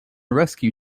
rescue